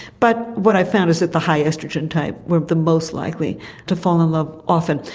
but what i found is that the high oestrogen type were the most likely to fall in love often.